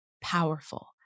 powerful